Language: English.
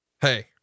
Hey